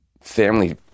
family